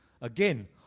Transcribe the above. again